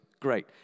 great